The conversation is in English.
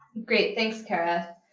great. thanks, kara.